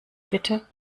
bitte